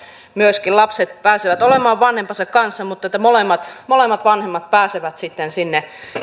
myöskin lapset pääsevät olemaan vanhempiensa kanssa mutta että molemmat vanhemmat pääsevät sitten sinne